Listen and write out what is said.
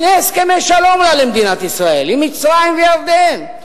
שני הסכמי שלום לה, למדינת ישראל, עם מצרים וירדן.